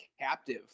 captive